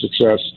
success